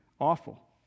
awful